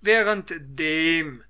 während dem